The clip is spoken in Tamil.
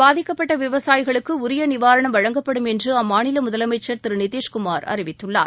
பாதிக்கப்பட்ட விவசாயிகளுக்கு உரிய நிவாரணம் வழங்கப்படும் என்று அம்மாநில முதலமைச்சர் திரு நிதிஷ்குமார் அறிவித்துள்ளார்